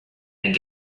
and